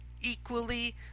equally